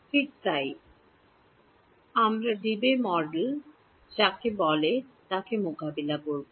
ঠিক তাই আমরা ড্যাবি মডেল যাকে বলে তাকে মোকাবিলা করব